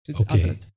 Okay